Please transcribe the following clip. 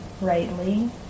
rightly